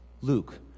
Luke